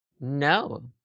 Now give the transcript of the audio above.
No